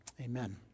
Amen